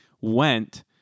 went